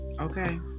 okay